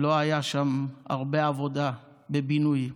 לא הייתה שם הרבה עבודה בבינוי.